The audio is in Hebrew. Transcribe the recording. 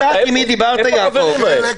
איפה החברים האלה?